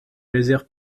réserves